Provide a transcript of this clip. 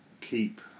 keep